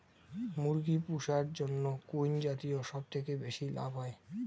মুরগি পুষার জন্য কুন জাতীয় সবথেকে বেশি লাভ হয়?